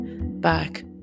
back